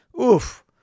Oof